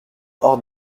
hors